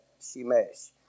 Shemesh